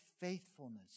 faithfulness